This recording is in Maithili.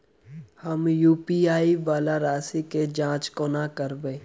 हम यु.पी.आई वला राशि केँ जाँच कोना करबै?